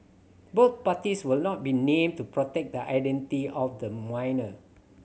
both parties will not be named to protect the identity of the minor